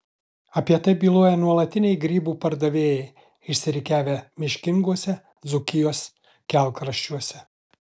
apie tai byloja nuolatiniai grybų pardavėjai išsirikiavę miškinguose dzūkijos kelkraščiuose